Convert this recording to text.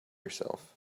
herself